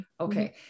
okay